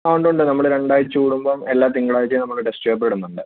ആ ഉണ്ട് ഉണ്ട് നമ്മൾ രണ്ടാഴ്ച്ച കൂടുമ്പം എല്ലാ തിങ്കളാഴ്ചയും നമ്മൾ ടെസ്റ്റ് പേപ്പർ ഇടുന്നുണ്ട്